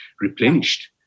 replenished